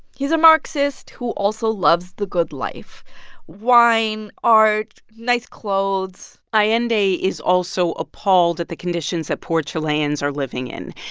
he's a marxist who also loves the good life wine, art, nice clothes allende is also appalled at the conditions that poor chileans are living in.